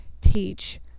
teach